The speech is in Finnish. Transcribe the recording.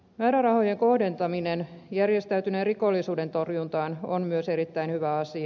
määrärahojen kohdentaminen järjestäytyneen rikollisuuden torjuntaan on myös erittäin hyvä asia